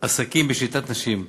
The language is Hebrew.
עסקים בשליטת נשים.